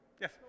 yes